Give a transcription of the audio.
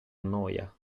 annoia